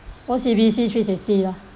O_C_B_C three sixty lor